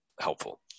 helpful